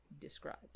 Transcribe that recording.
described